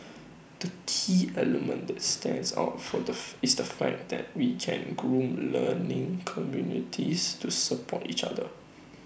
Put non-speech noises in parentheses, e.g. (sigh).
the key element that stands out for the (noise) is the fact that we can groom learning communities to support each other